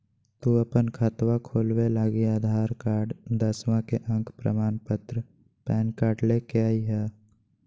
तू अपन खतवा खोलवे लागी आधार कार्ड, दसवां के अक प्रमाण पत्र, पैन कार्ड ले के अइह